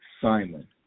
Simon